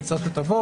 אני צריך שתבוא,